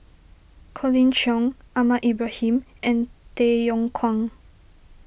Colin Cheong Ahmad Ibrahim and Tay Yong Kwang